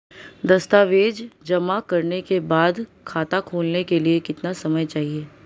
दस्तावेज़ जमा करने के बाद खाता खोलने के लिए कितना समय चाहिए?